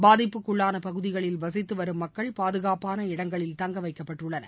பாதிப்புக்குள்ளான பகுதிகளில் வசித்துவரும் மக்கள் பாதுகாப்பான இடங்களில் தங்க வைக்கப்பட்டுள்ளனர்